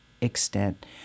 extent